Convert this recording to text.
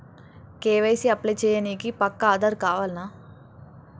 KYC apply చేయనీకి పక్కా ఆధార్ కావాల్నా?